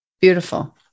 Beautiful